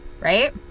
Right